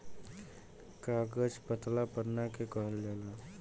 कागज पतला पन्ना के कहल जाला